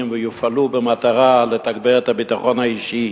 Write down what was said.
ויופעלו במטרה לתגבר את הביטחון האישי,